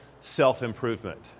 self-improvement